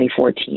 2014